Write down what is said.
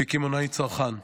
וקמעונאי צרכן.